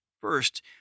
First